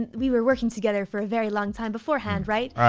we were working together for a very long time beforehand, right?